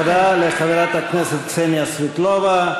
תודה לחברת הכנסת קסניה סבטלובה.